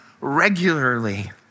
regularly